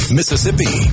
Mississippi